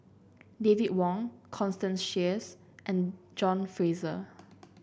David Wong Constance Sheares and John Fraser